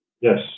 yes